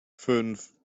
fünf